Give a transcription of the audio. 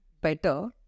better